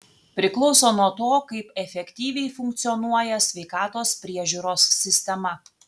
priklauso nuo to kaip efektyviai funkcionuoja sveikatos priežiūros sistema